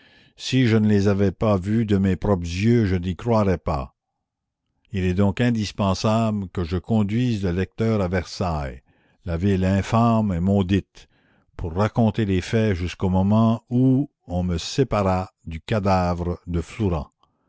si je ne les avais vus de mes propres yeux je n'y croirais pas il est donc indispensable que je conduise le lecteur à versailles la ville infâme et maudite pour raconter les faits jusqu'au moment où on me sépara du cadavre de flourens